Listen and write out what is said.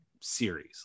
series